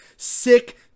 sick